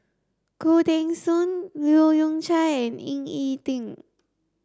Khoo Teng Soon Leu Yew Chye and Ying E Ding